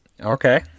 Okay